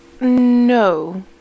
No